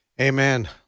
Amen